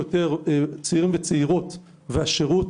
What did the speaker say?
והשירות.